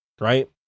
right